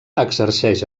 exerceix